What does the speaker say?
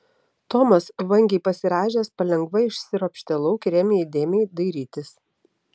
tomas vangiai pasirąžęs palengva išsiropštė lauk ir ėmė įdėmiai dairytis